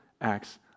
acts